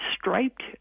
striped